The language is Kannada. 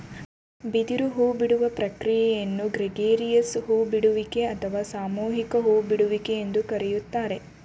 ಬಿದಿರು ಹೂಬಿಡುವ ಪ್ರಕ್ರಿಯೆಯನ್ನು ಗ್ರೆಗೇರಿಯಸ್ ಹೂ ಬಿಡುವಿಕೆ ಅಥವಾ ಸಾಮೂಹಿಕ ಹೂ ಬಿಡುವಿಕೆ ಎಂದು ಕರಿತಾರೆ